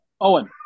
Owen